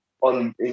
on